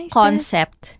concept